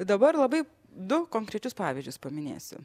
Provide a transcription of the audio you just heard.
dabar labai du konkrečius pavyzdžius paminėsiu